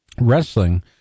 wrestling